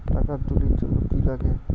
টাকা তুলির জন্যে কি লাগে?